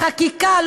בחקיקה,